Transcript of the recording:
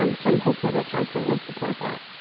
um so i'm hopeful that council will support that.